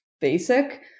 basic